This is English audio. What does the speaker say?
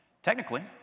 Technically